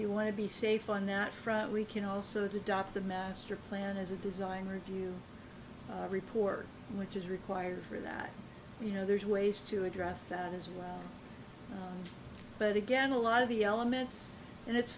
you want to be safe on that front we can also adopt the master plan as a design review report which is required for that you know there's ways to address that as well but again a lot of the elements and it's